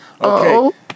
Okay